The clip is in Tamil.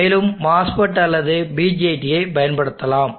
மேலும் MOSFET அல்லது BJT ஐப் பயன்படுத்தலாம்